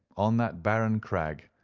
on that barren crag,